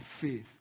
faith